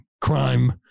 crime